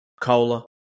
Cola